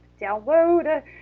download